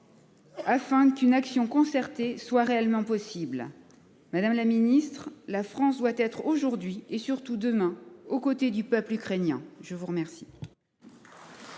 Afin qu'une action concertée soit réellement possible. Madame la Ministre, la France doit être aujourd'hui et surtout demain, aux côtés du peuple ukrainien. Je vous remercie.